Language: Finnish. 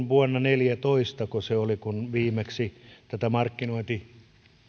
vuonna neljätoista kun viimeksi tätä markkinointikieltoa